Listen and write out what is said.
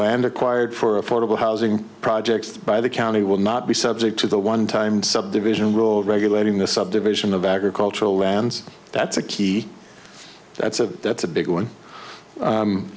land acquired for affordable housing projects by the county will not be subject to the one time subdivision rule regulating the subdivision of agricultural lands that's a key that's a that's a big one